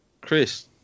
Chris